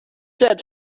that